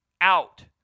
out